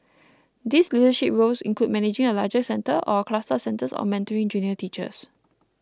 these leadership roles include managing a larger centre or a cluster of centres or mentoring junior teachers